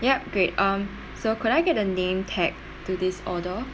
yup great um so could I get the name tag to this order